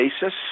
basis